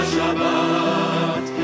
Shabbat